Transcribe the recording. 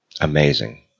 Amazing